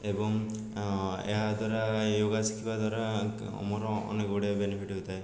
ଏବଂ ଏହାଦ୍ୱାରା ୟୋଗା ଶିଖିବା ଦ୍ୱାରା ମୋର ଅନେକ ଗୁଡ଼ିଏ ବେନିଫିଟ୍ ହୋଇଥାଏ